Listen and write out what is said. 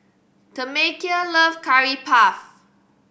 Tamekia love Curry Puff